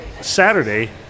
Saturday